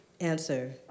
Answer